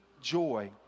joy